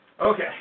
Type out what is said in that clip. Okay